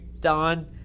don